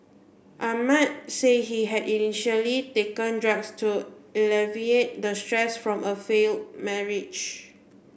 Ahmad said he had initially taken drugs to alleviate the stress from a failed marriage